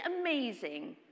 amazing